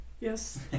Yes